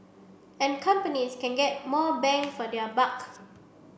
and companies can get more bang for their buck